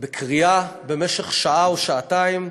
בקריאה במשך שעה או שעתיים,